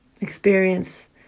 Experience